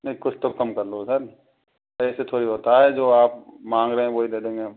नहीं कुछ तो कम कर लो सर ऐसे थोड़ी होता है जो आप माँग रहे है वही दे देंगे हम